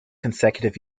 consecutive